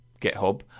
github